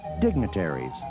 dignitaries